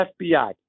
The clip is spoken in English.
FBI